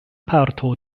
parto